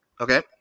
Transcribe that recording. Okay